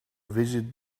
visit